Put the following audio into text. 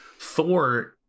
thor